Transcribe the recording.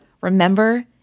remember